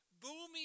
booming